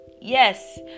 Yes